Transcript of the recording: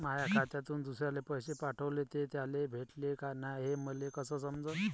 माया खात्यातून दुसऱ्याले पैसे पाठवले, ते त्याले भेटले का नाय हे मले कस समजन?